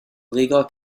legal